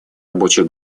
рабочих